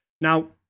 Now